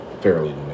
fairly